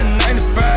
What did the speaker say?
95